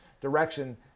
direction